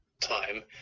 time